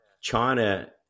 China